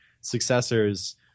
successors